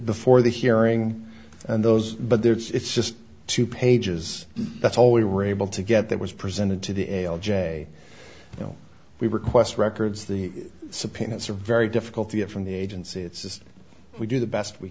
before the hearing and those but there it's just two pages that's all we were able to get that was presented to the l j you know we request records the subpoenas are very difficult to get from the agency it's just we do the best we